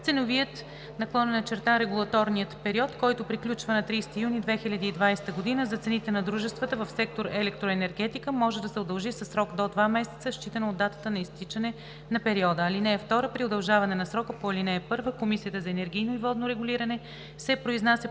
ценовият/регулаторният период, който приключва на 30 юни 2020 г. за цените на дружествата в сектор „Електроенергетика“, може да се удължи със срок до два месеца, считано от датата на изтичане на периода. (2) При удължаване на срока по ал. 1 Комисията за енергийно и водно регулиране се произнася